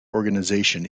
organization